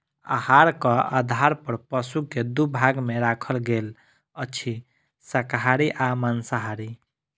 आहारक आधार पर पशु के दू भाग मे राखल गेल अछि, शाकाहारी आ मांसाहारी